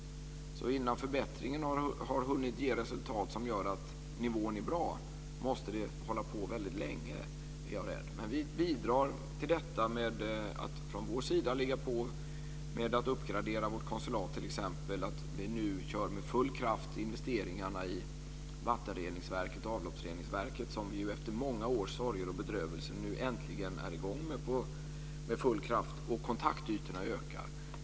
Innan förbättringen har hunnit ge något resultat som gör att nivån är bra så måste det hela därför hålla på länge, är jag rädd. Men vi bidrar till detta genom att från vår sida ligga på med att uppgradera vårt konsulat t.ex. Vi kör nu för fullt när det gäller investeringarna i vattenreningsverket och avloppsreningsverket, som efter många års sorger och bedrövelser nu äntligen är i gång med full kraft. Kontaktytorna ökar.